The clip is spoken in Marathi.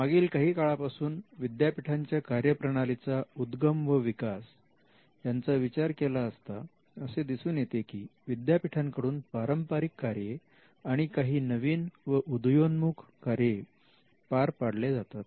मागील काही काळापासून विद्यापीठांच्या कार्यप्रणालीचा उद्गम व विकास यांचा विचार केला असता असे दिसून येते की विद्यापीठांकडून पारंपारिक कार्ये आणि काही नवीन व उदयोन्मुख कार्य पार पाडले जातात